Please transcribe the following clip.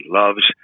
loves